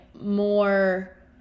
more